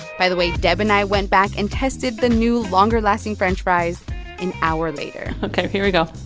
by the way, deb and i went back and tested the new longer-lasting french fries an hour later ok, here we go